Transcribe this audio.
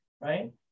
right